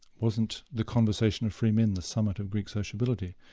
wasn't the conversation of free men the summit of greek sociability?